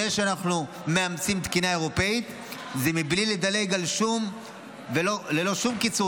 זה שאנחנו מאמצים תקינה אירופית זה ללא שום קיצור